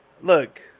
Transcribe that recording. Look